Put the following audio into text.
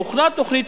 הוכנה תוכנית,